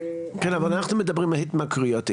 כן, אבל אנחנו מדברים על התמכרויות היום.